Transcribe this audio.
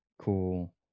cool